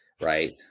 right